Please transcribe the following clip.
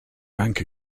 bank